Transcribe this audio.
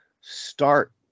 Start